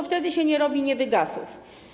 Wtedy się nie robi niewygasów.